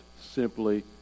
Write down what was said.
simply